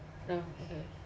okay